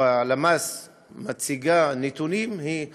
או הלמ"ס מציגה נתונים, היא,